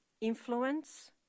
influence